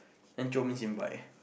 then jio me in white